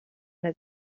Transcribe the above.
het